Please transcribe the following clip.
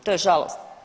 To je žalosno.